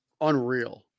unreal